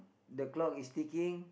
the clock is ticking